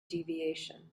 deviation